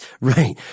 Right